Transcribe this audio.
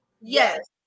Yes